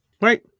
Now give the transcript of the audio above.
right